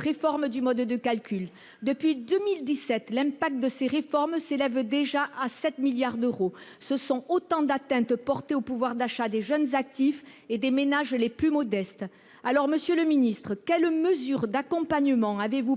réforme du mode de calcul. Depuis 2017, l'impact de ces réformes s'élève déjà à 7 milliards d'euros. Ce sont autant d'atteintes portées au pouvoir d'achat des jeunes actifs et des ménages les plus modestes. Monsieur le ministre, quelles mesures d'accompagnement avez-vous prévues